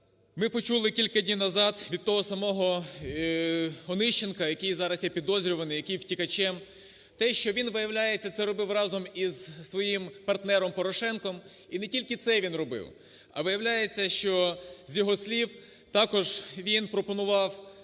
ми почули кілька днів назад від того самого Онищенка, який зараз є підозрюваним, який є втікачем, те, що він, виявляється, це робив разом із своїм партнером Порошенком. І не тільки це він робив, а виявляється, що, з його слів, також він пропонував